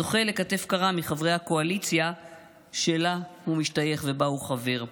זוכה לכתף קרה מחברי הקואליציה שאליה הוא משתייך ושבה הוא חבר.